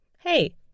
hey